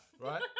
right